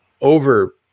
over